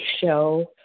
show